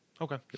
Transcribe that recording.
Okay